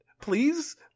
please